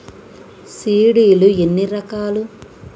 Seed లు ఎన్ని రకాలు?